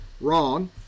wrong